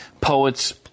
Poets